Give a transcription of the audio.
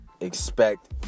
expect